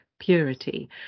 purity